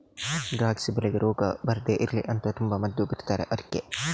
ದ್ರಾಕ್ಷಿ ಬೆಳೆಗೆ ರೋಗ ಬರ್ದೇ ಇರ್ಲಿ ಅಂತ ತುಂಬಾ ಮದ್ದು ಬಿಡ್ತಾರೆ ಅದ್ಕೆ